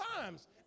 times